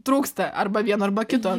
trūksta arba vieno arba kito